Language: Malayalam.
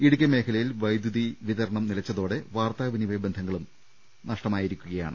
ഇടുക്കി മേഖലയിൽ വൈദ്യുതി വിതരണം നിലച്ചതോടെ വാർത്താ വിനിമയ ബന്ധങ്ങളും നഷ്ടമായിരിക്കുകയാണ്